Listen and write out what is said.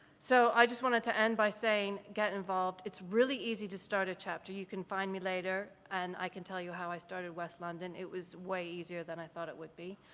so i just wanted to end by saying get involved. it's really easy to start a chapter. you can find me later and i can tell you how i started west london, it was way easier than i thought it would be.